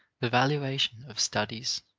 the valuation of studies.